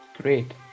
Great